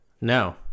no